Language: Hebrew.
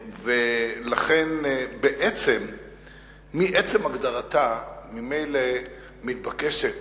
לכן, מעצם הגדרתה, ממילא מתבקשת